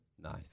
Nice